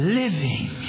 living